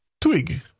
twig